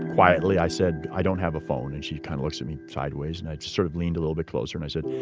quietly, i said, i don't have a phone. and she kind of looks at me sideways and i just sort of leaned a little bit closer. and i said,